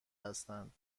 هستند